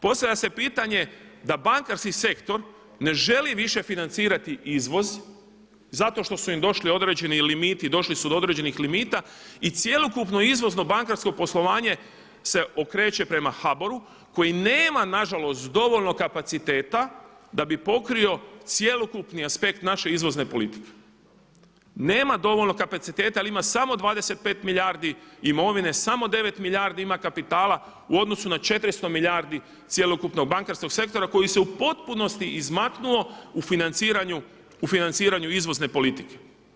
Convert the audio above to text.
Postavlja se pitanje da bankarski sektor ne želi više financirati izvoz zato što su im došli određeni limiti, došli su do određenih limita i cjelokupno izvozno bankarsko poslovanje se okreće prema HBOR-u koji nema nažalost dovoljno kapaciteta da bi pokrio cjelokupni aspekt naše izvozne politike, nema dovoljno kapaciteta jel ima samo 25 milijardi imovine, samo 9 milijardi ima kapitala u odnosu na 400 milijardi cjelokupnog bankarskog sektora koji se u potpunosti izmaknuo u financiranju izvozne politike.